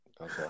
Okay